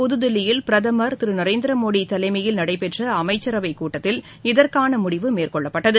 புதுதில்லியில் பிரதமர் திரு நரேந்திர மோடி தலைமையில் நடைபெற்ற இன்று அமைச்சரவைக்கூட்டத்தில் இதற்கான முடிவு மேற்கொள்ளப்பட்டது